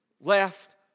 left